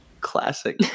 Classic